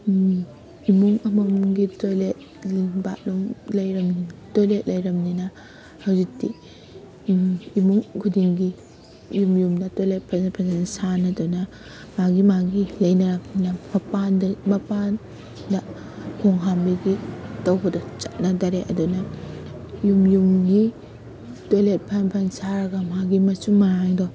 ꯏꯃꯨꯡ ꯑꯃꯃꯝꯒꯤ toilet bathroom ꯂꯩꯔꯕꯅꯤꯅ ꯇꯣꯏꯂꯦꯠ ꯂꯩꯔꯕꯅꯤꯅ ꯍꯧꯖꯤꯛꯇꯤ ꯏꯃꯨꯡ ꯈꯨꯗꯤꯡꯒꯤ ꯌꯨꯝ ꯌꯨꯝꯗ ꯇꯣꯏꯂꯦꯠ ꯐꯖ ꯐꯖꯅ ꯁꯥꯟꯅꯗꯅ ꯃꯥꯒꯤ ꯃꯥꯒꯤ ꯂꯩꯅꯔꯕꯅꯤꯅ ꯃꯄꯥꯟꯗ ꯈꯣꯡ ꯍꯝꯕꯤꯒꯤ ꯇꯧꯕꯗꯣ ꯆꯠꯅꯗ꯭ꯔꯦ ꯑꯗꯨꯅ ꯌꯨꯝ ꯌꯨꯝꯒꯤ ꯇꯣꯏꯂꯦꯠ ꯐꯖ ꯐꯖꯅ ꯁꯥꯔꯒ ꯃꯥꯒꯤ ꯃꯆꯨꯝ ꯃꯔꯥꯡꯗꯣ